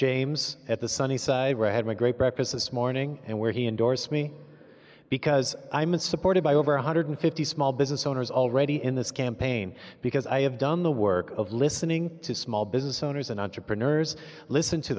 james at the sunny side where i had my great prepress this morning and where he endorsed me because i'm in supported by over one hundred fifty small business owners already in this campaign because i have done the work of listening to small business owners and entrepreneurs listen to